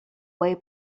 way